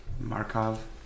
Markov